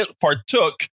partook